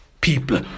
people